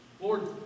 Lord